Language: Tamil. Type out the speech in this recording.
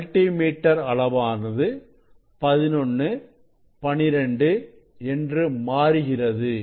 மல்டி மீட்டர் அளவானது 11 12 என்று மாறுகிறது